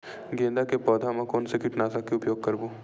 गेंदा के पौधा म कोन से कीटनाशक के उपयोग करबो?